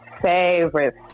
favorite